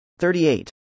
38